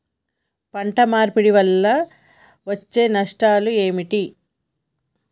పంట మార్పిడి వల్ల వచ్చే నష్టాలు ఏమిటి?